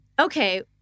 Okay